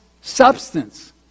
substance